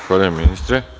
Zahvaljujem ministre.